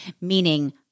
Meaning